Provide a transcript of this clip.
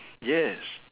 yes